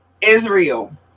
Israel